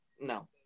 No